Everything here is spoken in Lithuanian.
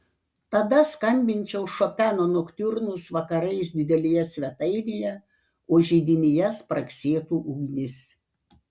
tada skambinčiau šopeno noktiurnus vakarais didelėje svetainėje o židinyje spragsėtų ugnis